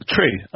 True